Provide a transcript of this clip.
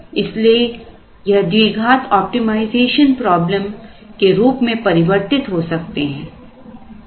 इसलिए यह द्विघात ऑप्टिमाइजेशन प्रॉब्लम के रूप में परिवर्तित हो सकते हैं